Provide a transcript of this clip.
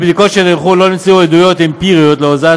בבדיקות שנערכו לא נמצאו עדויות אמפיריות להורדת